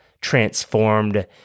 transformed